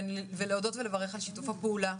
ולהודות ולברך על שיתוף הפעולה.